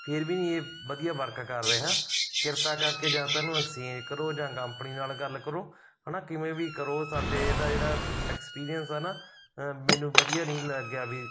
ਫਿਰ ਵੀ ਨਹੀਂ ਇਹ ਵਧੀਆ ਵਰਕ ਕਰ ਰਿਹਾ ਕਿਰਪਾ ਕਰਕੇ ਜਾਂ ਤਾਂ ਇਹਨੂੰ ਐਕਸਚੇਂਜ ਕਰੋ ਜਾਂ ਕੰਪਨੀ ਨਾਲ ਗੱਲ ਕਰੋ ਹੈ ਨਾ ਕਿਵੇਂ ਵੀ ਕਰੋ ਸਾਡੇ ਇਹਦਾ ਜਿਹੜਾ ਐਕਸਪੀਰੀਅਂਸ ਆ ਨਾ ਮੈਨੂੰ ਵਧੀਆ ਨਹੀਂ ਲੱਗਿਆ ਵੀ